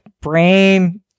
brain